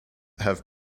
have